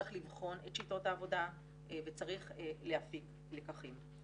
צריך לבחון את שיטות העבודה וצריך להפיק לקחים.